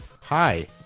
hi